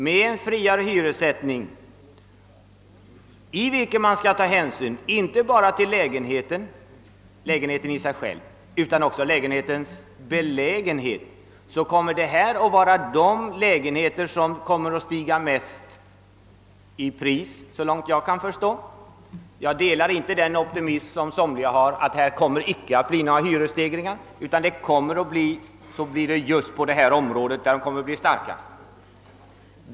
Med en friare hyressättning, vid vilken man skall ta hänsyn inte bara till bostaden i sig själv utan också till dess belägenhet kommer just dessa lägen heter att stiga mest i pris, så långt jag kan förstå. Jag delar inte den optimistiska inställningen att det inte kommer att bli några hyresstegringar för sådana bostäder. Kommer hyreshöjningarna, är det just på detta område de blir starkast.